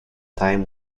time